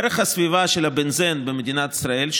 ערך הסביבה של הבנזן במדינת ישראל,